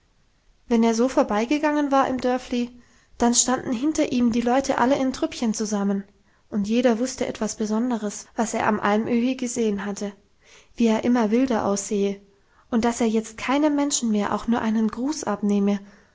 wenn er so vorbeigegangen war im dörfli dann standen hinter ihm die leute alle in trüppchen zusammen und jeder wusste etwas besonderes was er am alm öhi gesehen hatte wie er immer wilder aussehe und dass er jetzt keinem menschen mehr auch nur einen gruß abnehme